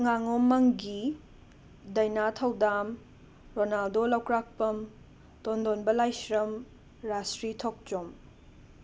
ꯉꯥꯉꯣꯝ ꯃꯪꯒꯤ ꯗꯩꯅꯥ ꯊꯧꯗꯥꯝ ꯔꯣꯅꯥꯜꯗꯣ ꯂꯧꯀ꯭ꯔꯥꯛꯄꯝ ꯇꯣꯟꯗꯣꯟꯕ ꯂꯥꯏꯁ꯭ꯔꯝ ꯔꯥꯁ꯭ꯔꯤ ꯊꯣꯛꯆꯣꯝ